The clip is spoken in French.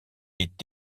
est